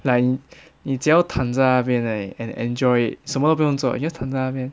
like 你只要躺在那边而已 and enjoy it 什么都不用做 you just 躺在那边